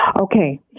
Okay